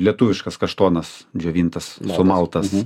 lietuviškas kaštonas džiovintas maltas